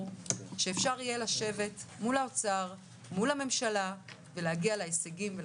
שאפשר יהיה לשבת מול האוצר ומול הממשלה ולהגיע להישגים.